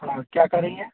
हाँ क्या कह रही हैं